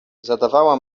zadawała